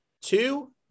Two